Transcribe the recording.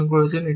এটি সত্য